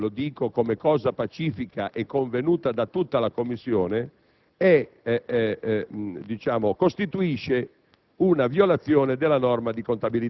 Ciò, signor Presidente (lo dico come cosa pacifica e convenuta da tutta la Commissione), costituisce